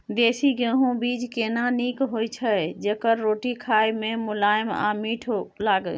देसी गेहूँ बीज केना नीक होय छै जेकर रोटी खाय मे मुलायम आ मीठ लागय?